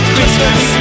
Christmas